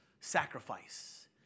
sacrifice